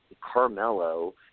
Carmelo